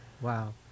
Wow